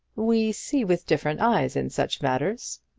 we see with different eyes in such matters.